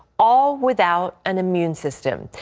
all without an immune system.